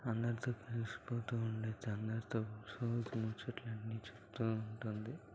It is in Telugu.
అందరితో కలిసి పోతూ ఉండేది అందరితో రోజు ముచ్చట్లన్ని చెబుతూ ఉంటుంది